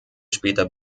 später